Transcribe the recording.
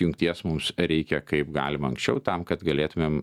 jungties mums reikia kaip galima anksčiau tam kad galėtumėm